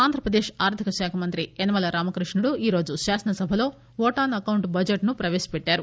ఆంధ్రప్రదేశ్ ఆర్ధికశాఖామంత్రి యనమల రామకృష్ణుడు ఈరోజు శాసనసభలో vote on account బడ్జెట్ను ప్రవేశపెట్టారు